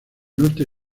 norte